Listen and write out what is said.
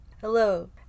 Hello